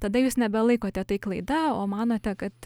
tada jūs nebelaikote tai klaida o manote kad